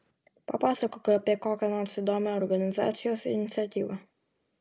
papasakok apie kokią nors įdomią organizacijos iniciatyvą